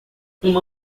uma